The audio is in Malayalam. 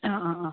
ആ ആ ആ